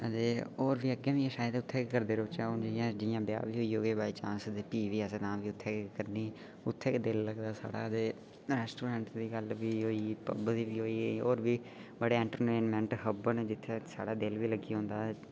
होर बी किश होऐ ओह् बी असें उत्थै जाइयै गै करनी जियां ब्याह होऐ कुसै दा ह् बी असें उत्थै जाइयै गै करना उत्थै गै दिल लगदा साढ़ा रैस्टोरैंट दी गल्ल बी होई गेई पव दी गल्ल बी होई गेई होर बड़े सारे इंटरटेनमैंट हव न जित्थै साढ़ा दिल लग्गी जंदा